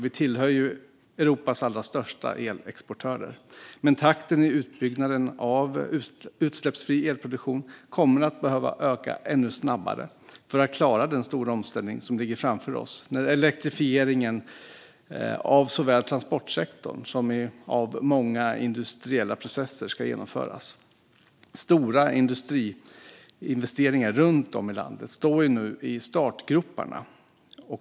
Vi tillhör ju Europas allra största elexportörer. Men takten i utbyggnaden av utsläppsfri elproduktion kommer att behöva öka ännu snabbare för att vi ska klara den stora omställning som ligger framför oss när elektrifieringen av såväl transportsektorn som många industriella processer ska genomföras. Stora industriinvesteringar runt om i landet står nu i startgroparna.